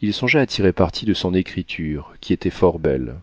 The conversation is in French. il songea à tirer parti de son écriture qui était fort belle